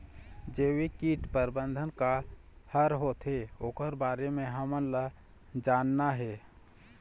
जैविक कीट प्रबंधन का हर होथे ओकर बारे मे हमन ला जानना हे?